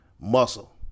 Muscle